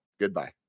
Goodbye